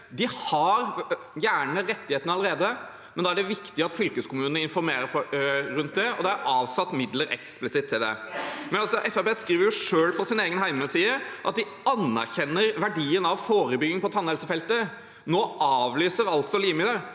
De har gjerne rettighetene allerede, men det er viktig at fylkeskommunene informerer rundt det, og det er avsatt midler eksplisitt til det. Fremskrittspartiet skriver selv på sin egen hjemmeside at de anerkjenner verdien av forebygging på tann helsefeltet. Nå avlyser altså Limi det.